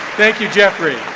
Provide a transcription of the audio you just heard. thank you, jeffrey.